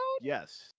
Yes